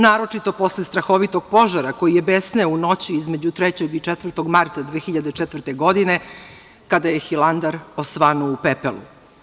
Naročito posle strahovitog požara koji je besneo u noći između 3. i 4. marta 2004. godine, kada je Hilandar osvanuo u pepelu.